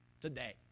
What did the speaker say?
today